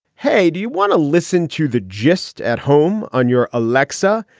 hey, do you want to listen to the gist at home on your aleksa?